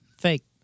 Fake